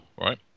right